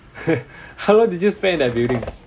how long did you spend in that building